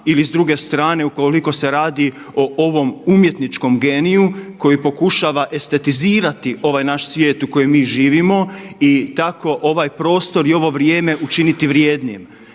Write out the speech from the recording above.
ili s druge strane ukoliko se radi o ovom umjetničkom geniju koji pokušava estetizirati ovaj naš svijet u kojem mi živimo i tako ovaj prostor i ovo vrijeme učiniti vrijednim,